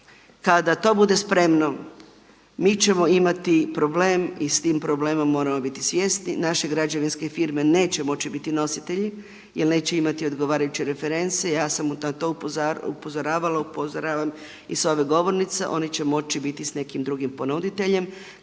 kada to bude spremno mi ćemo imati problem i s tim problemom moramo biti svjesni naše građevinske firme neće moći biti nositelji jer neće imati odgovarajuće reference. Ja sam na to upozoravala, upozoravam i s ove govornice, oni će moći biti s nekim drugim ponuditeljem